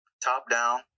top-down